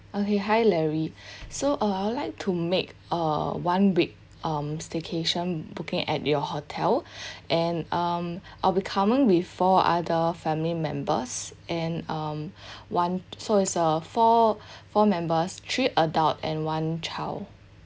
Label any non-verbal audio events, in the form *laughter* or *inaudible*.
okay hi larry *breath* so uh I would like to make uh one week um staycation booking at your hotel *breath* and um I be coming with four other family members and um *breath* one so it's uh four four members three adult and one child